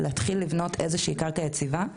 ואיך להתחיל לבנות איזו שהיא קרקע יציבה.